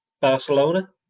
Barcelona